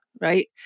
right